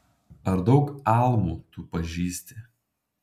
ar daug almų tu pažįsti